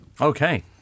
Okay